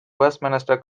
westminster